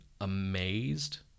amazed